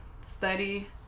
study